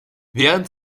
während